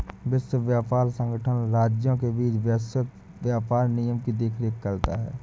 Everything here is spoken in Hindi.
विश्व व्यापार संगठन राष्ट्रों के बीच वैश्विक व्यापार नियमों की देखरेख करता है